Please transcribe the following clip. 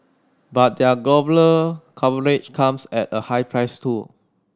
but their global coverage comes at a high price too